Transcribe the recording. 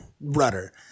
Rudder